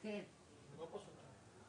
20'-21'.